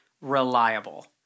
reliable